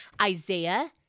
Isaiah